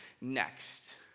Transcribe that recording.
next